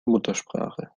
muttersprache